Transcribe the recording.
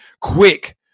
quick